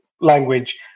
language